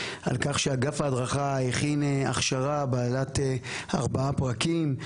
על כך שאגף ההדרכה הכין הכשרה בעלת ארבעה פרקים.